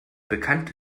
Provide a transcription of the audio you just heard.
bekannt